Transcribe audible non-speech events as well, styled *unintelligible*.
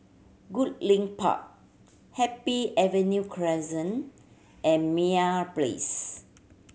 Goodlink Park Happy Avenue *unintelligible* and Meyer Place